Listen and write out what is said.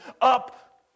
up